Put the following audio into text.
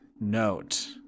note